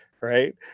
right